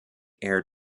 air